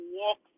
walk